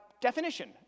definition